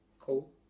Cool